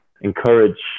encourage